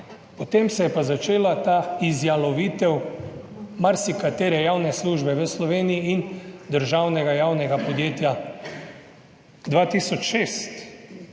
Potem se je pa začela ta izjalovitev marsikatere javne službe v Sloveniji in državnega javnega podjetja. 2006,